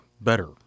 better